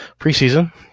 preseason